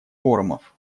форумов